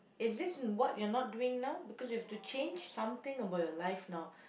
is this what you are not doing now because you have to change something about your life now